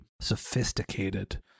sophisticated